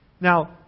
Now